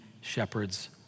shepherds